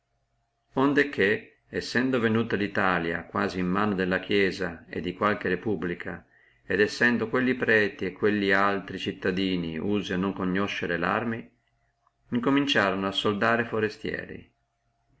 onde che essendo venuta litalia quasi che nelle mani della chiesia e di qualche repubblica et essendo quelli preti e quelli altri cittadini usi a non conoscere arme cominciorono a soldare forestieri